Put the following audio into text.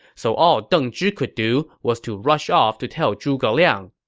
so all deng zhi could do was to rush off to tell zhuge liang